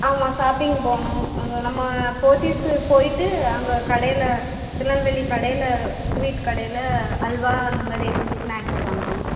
ஆமாம் சாப்பிங் போகணும் அங்கே நம்ம போத்திஸு போய்விட்டு அங்கே கடையில் திருநெல்வேலி கடையில் ஸ்வீட்டு கடையில் அல்வா அந்தமாதிரி கொஞ்சம் ஸ்நாக்ஸ் வாங்கணும்